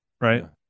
right